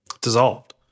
dissolved